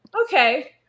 okay